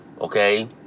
Okay